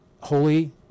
holy